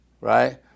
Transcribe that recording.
right